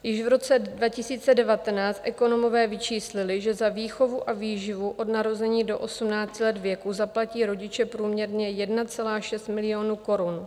Již v roce 2019 ekonomové vyčíslili, že za výchovu a výživu od narození do 18 let věku zaplatí rodiče průměrně 1,6 milionu korun.